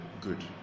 good